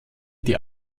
die